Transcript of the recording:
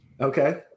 Okay